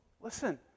listen